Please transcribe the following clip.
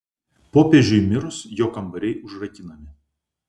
popiežiui mirus jo kambariai užrakinami